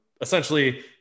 essentially